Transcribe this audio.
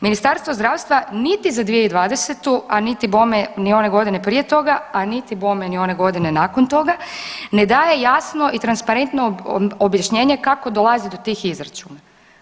Ministarstvo zdravstva niti za 2020. a niti bome niti one godine prije toga a niti bome niti one godine nakon toga ne daje jasno i transparentno objašnjenje kako dolazi to tih izračuna.